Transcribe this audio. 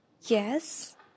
Yes